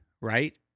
right